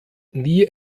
nie